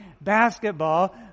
Basketball